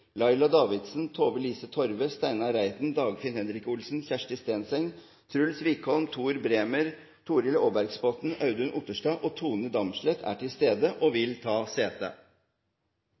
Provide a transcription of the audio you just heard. Laila Davidsen, Tove-Lise Torve, Steinar Reiten, Dagfinn Henrik Olsen, Kjersti Stenseng, Truls Wickholm, Tor Bremer, Torhild Aarbergsbotten, Audun Otterstad og Tone Damsleth er til stede og vil ta sete.